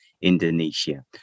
Indonesia